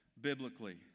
biblically